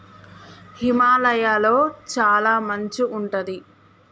హిమాలయ లొ చాల మంచు ఉంటది